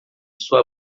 sua